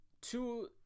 two